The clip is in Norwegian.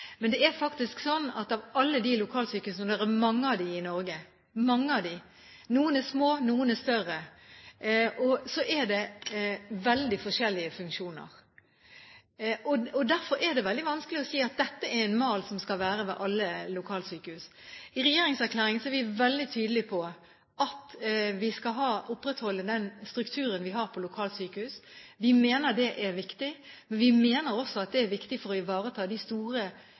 Men det er faktisk slik at ved alle de lokalsykehusene – og det er mange av dem i Norge, noen er små og noen er større – er det veldig forskjellige funksjoner. Derfor er det veldig vanskelig å si at dette er en mal som skal være ved alle lokalsykehus. I regjeringserklæringen er vi veldig tydelige på at vi skal opprettholde den strukturen vi har på lokalsykehus. Vi mener det er viktig, vi mener også at det er viktig for å ivareta de store